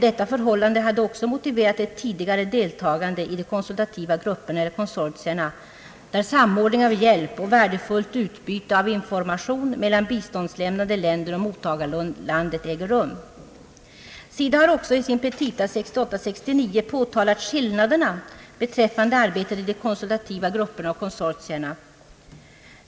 Detta förhållande hade också motiverat ett tidigare deltagande i de konsultativa grupperna eller konsortierna, där samordning av hjälp och värdefullt utbyte av information mellan biståndslämnande länder och mottagarlandet äger rum. SIDA har ju också i sin petita för budgetåret 1968/69 påtalat skillnaderna beträffande arbetet i de konsultati va grupperna och konsortierna.